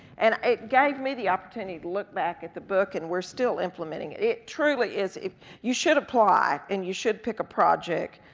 and it gave me the opportunity to look back at the book, and we're still implementing it. it truly is, you should apply and you should pick a project.